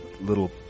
little